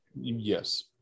Yes